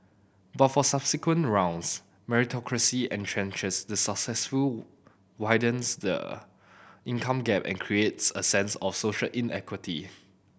but for subsequent rounds meritocracy entrenches the successful widens the income gap and creates a sense of social inequity